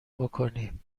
بکنی